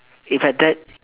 if like that